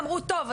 אמרו טוב,